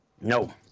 No